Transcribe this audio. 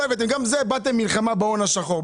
גם זה באתם עם מלחמה בהון השחור.